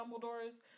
Dumbledore's